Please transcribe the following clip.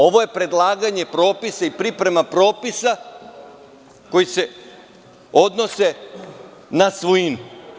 Ovo je predlaganje propisa i priprema propisa koji se odnose na svojinu.